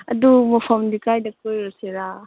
ꯑꯗꯨ ꯃꯐꯝꯗꯤ ꯀꯥꯏꯗ ꯀꯣꯏꯔꯨꯁꯤꯔꯥ